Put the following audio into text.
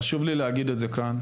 חשוב לי להגיד את זה כאן: